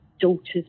daughter's